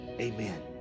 Amen